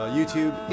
YouTube